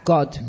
God